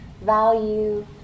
value